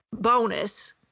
bonus